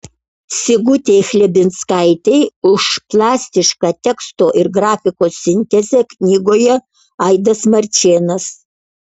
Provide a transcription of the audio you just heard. sigutei chlebinskaitei už plastišką teksto ir grafikos sintezę knygoje aidas marčėnas